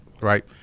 Right